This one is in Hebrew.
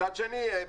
מצד שני,